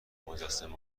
مجسمه